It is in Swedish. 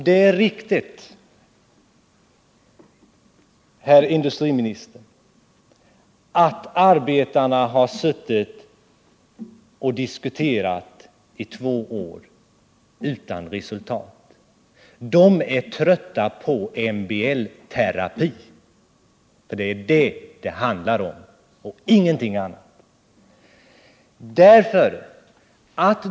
Det är riktigt, herr industriminister, att arbetarna har suttit och diskuterat i två år utan resultat. De är trötta på MBL-terapi. Det är nämligen det saken gäller, och ingenting annat.